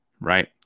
Right